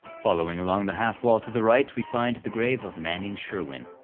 following along the half wall to the right we find the grave of manning sherwin.